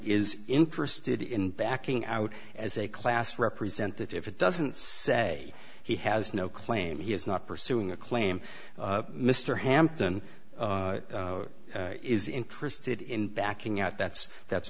is interested in backing out as a class representative it doesn't say he has no claim he is not pursuing a claim mr hampton is interested in backing out that's that's